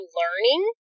learning